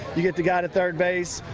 you get the guy at third base.